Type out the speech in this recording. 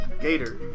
Gator